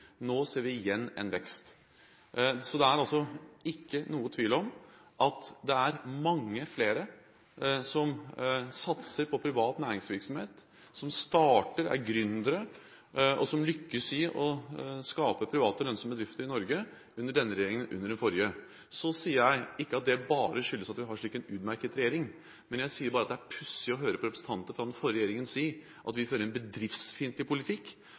Nå ser vi igjen en vekst. Det er altså ikke noen tvil om at det er mange flere som satser på privat næringsvirksomhet, som starter, er gründere, og som lykkes i å skape private, lønnsomme bedrifter i Norge – under denne regjeringen som under den forrige. Jeg sier ikke at det bare skyldes at vi har slik en utmerket regjering, jeg sier bare at det er pussig å høre representanter for den forrige regjeringen si at vi fører en bedriftsfiendtlig politikk